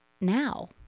now